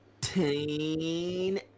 teen